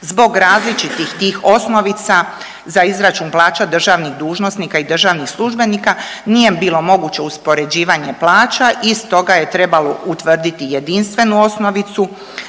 Zbog različitih tih osnovica za izračun plaća državnih dužnosnika i državnih službenika nije bilo moguće uspoređivanje plaća i stoga je trebalo utvrditi jedinstvenu osnovicu